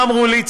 מה אמרו לי?